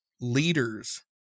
leaders